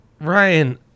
Ryan